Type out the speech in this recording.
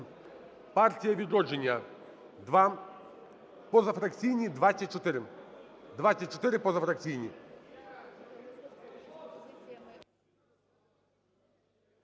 "Партія "Відродження" – 2, позафракційні – 24. 24 – позафракційні.